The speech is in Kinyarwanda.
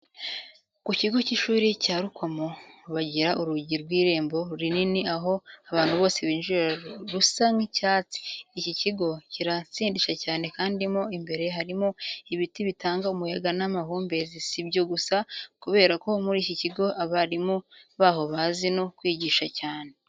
Ku kigo cy'ishuri cya Rukomo bagira urugi rw'irembo rinini aho abantu bose binjirira rusa nk'icyatsi. iki kigo kiratsindisha cyane kandi mo imbere harimo ibiti bitanga umuyaga n'amahumbezi. Si ibyo gusa kubera ko muri iki kigo abarimu baho bazi no kwigisha cyane.